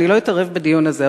אני לא אתערב בדיון הזה,